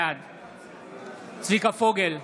בעד צביקה פוגל,